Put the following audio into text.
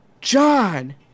John